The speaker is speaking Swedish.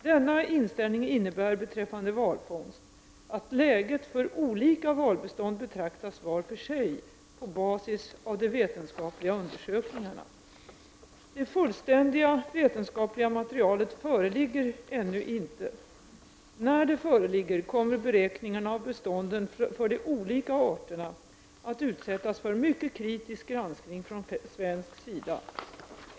Denna inställning innebär beträffande valfångst att läget för olika valbestånd betraktas var för sig på basis av de vetenskapliga undersökningarna. Det fullständiga vetenskapliga materialet föreligger ännu inte. När det föreligger kommer beräkningarna av bestånden för de olika arterna att utsättas för mycket kritisk granskning från svensk sida.